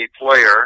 player